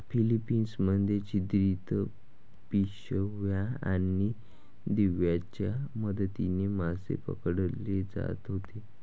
Philippines मध्ये छिद्रित पिशव्या आणि दिव्यांच्या मदतीने मासे पकडले जात होते